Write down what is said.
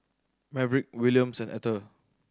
Maverick Williams and Etter